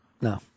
No